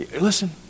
Listen